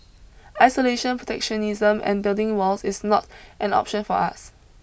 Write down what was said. isolation protectionism and building walls is not an option for us